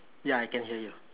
ya I can hear you